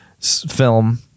film